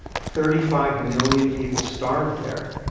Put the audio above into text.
thirty five million people starved there.